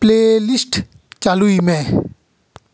playlist ᱪᱟᱹᱞᱩᱭ ᱢᱮ